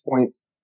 points